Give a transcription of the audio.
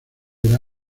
era